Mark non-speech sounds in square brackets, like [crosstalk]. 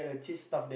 [breath]